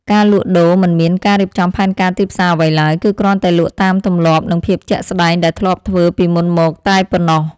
ការលក់ដូរមិនមានការរៀបចំផែនការទីផ្សារអ្វីឡើយ គឺគ្រាន់តែលក់តាមទម្លាប់និងភាពជាក់ស្ដែងដែលធ្លាប់ធ្វើពីមុនមកតែប៉ុណ្ណោះ។